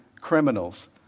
criminals